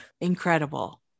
incredible